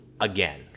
again